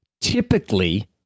typically